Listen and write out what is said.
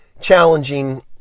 challenging